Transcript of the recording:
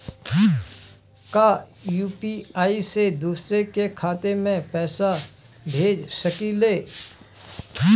का यू.पी.आई से दूसरे के खाते में पैसा भेज सकी ले?